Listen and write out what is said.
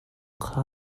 kha